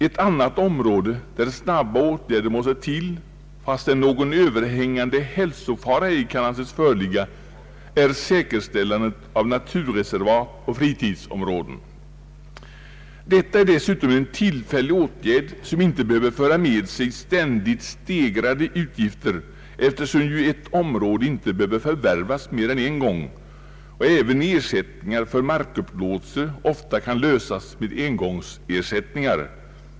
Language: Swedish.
Ett annat område där snabba åtgärder måste till, fastän någon överhängande hälsofara ej kan anses föreligga, är säkerställandet av naturreservat och fritidsområden. Detta är dessutom en tillfällig åtgärd, som inte behöver föra med sig ständigt steg rade utgifter, eftersom ju ett område inte behöver förvärvas mer än en gång och eftersom även ersättningar för markupplåtelser ofta kan lösas med engångsersättningar.